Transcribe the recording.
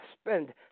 Spend